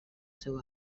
seu